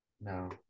no